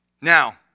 Now